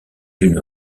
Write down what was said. une